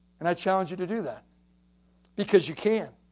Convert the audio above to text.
and i challenge you to do that because you can.